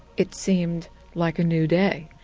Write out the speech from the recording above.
it seemed like a new day.